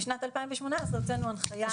בשנת 2018 הוצאנו הנחייה.